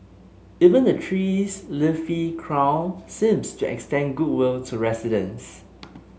even the tree's leafy crown seemed to extend goodwill to residents